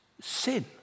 sin